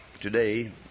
today